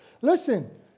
Listen